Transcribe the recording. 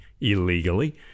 illegally